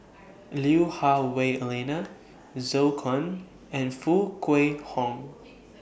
Lui Hah Wah Elena Zhou Can and Foo Kwee Horng